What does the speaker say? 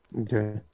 Okay